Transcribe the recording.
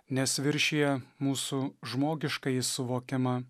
nes viršija mūsų žmogiškąjį suvokimą